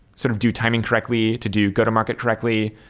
sort of do timing correctly to do go-to-market correctly,